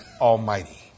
almighty